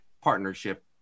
partnership